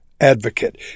advocate